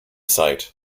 site